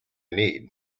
need